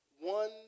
One